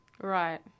Right